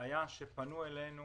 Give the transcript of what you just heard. היה שפנו אלינו